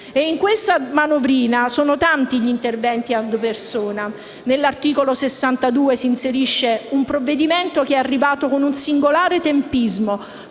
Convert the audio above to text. In questa manovrina, sono tanti gli interventi *ad personam.* All'articolo 62 si inserisce un provvedimento che è arrivato con singolare tempismo